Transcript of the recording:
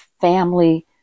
family